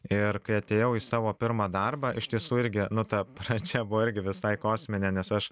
ir kai atėjau į savo pirmą darbą iš tiesų irgi nu ta pradžia buvo irgi visai kosminė nes aš